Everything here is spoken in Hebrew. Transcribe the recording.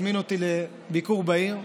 הזמין אותי לביקור בעיר,